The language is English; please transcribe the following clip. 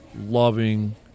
loving